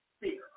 fear